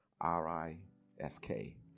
R-I-S-K